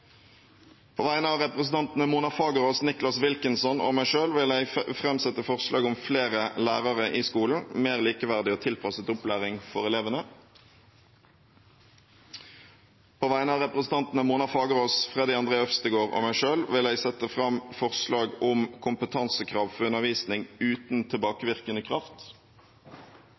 På vegne av representantene Mona Lill Fagerås, Nicholas Wilkinson og meg selv vil jeg framsette forslag om flere lærere i skolen – mer likeverdig og tilpasset opplæring for elevene. På vegne av representantene Mona Lill Fagerås, Freddy André Øvstegård og meg selv vil jeg sette fram forslag om kompetansekrav for undervisning uten tilbakevirkende kraft.